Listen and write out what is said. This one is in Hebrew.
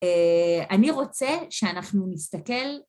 אני רוצה שאנחנו נסתכל...